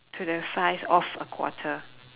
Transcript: to the size of a quarter